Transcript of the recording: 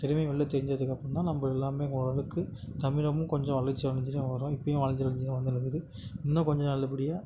திறமை வெளில தெரிஞ்சதுக்கப்பறம் தான் நம்ம எல்லாம் ஓரளவுக்கு தமிழுமும் கொஞ்சம் வளர்ச்சி அடைஞ்சினே வரும் இப்பயும் வளர்ச்சி அடைஞ்சி தான் வந்துன்னு இருக்குது இன்னும் கொஞ்சம் நல்லபடியாக